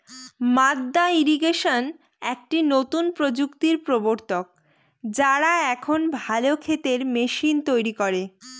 মাদ্দা ইরিগেশন একটি নতুন প্রযুক্তির প্রবর্তক, যারা এখন ভালো ক্ষেতের মেশিন তৈরী করে